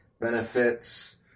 benefits